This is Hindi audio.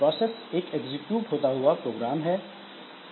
प्रोसेस एक एग्जीक्यूट होता हुआ प्रोग्राम है